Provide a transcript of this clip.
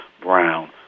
Brown